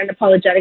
unapologetic